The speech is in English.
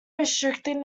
restricting